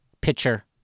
pitcher